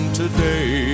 today